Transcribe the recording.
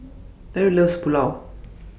Deryl loves Pulao